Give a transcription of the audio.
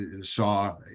saw